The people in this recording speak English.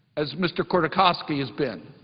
as mr. khodorkovsky has been.